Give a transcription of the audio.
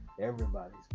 Everybody's